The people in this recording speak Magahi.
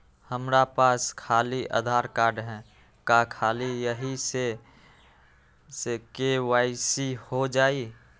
हमरा पास खाली आधार कार्ड है, का ख़ाली यही से के.वाई.सी हो जाइ?